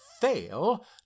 fail